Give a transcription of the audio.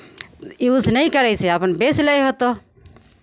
use नहि करै छै अपन बेचि लैत हेतौ